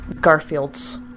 Garfields